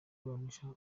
kuburanisha